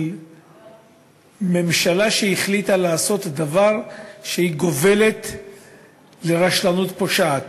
של ממשלה שהחליטה לעשות דבר שגובל ברשלנות פושעת,